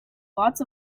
lots